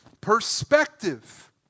perspective